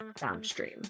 downstream